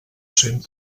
sent